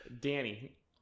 Danny